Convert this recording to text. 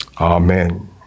amen